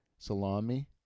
Salami